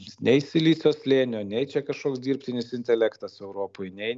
nei silicio slėnio nei čia kažkoks dirbtinis intelektas europoj nei